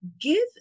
Give